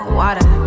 water